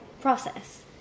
process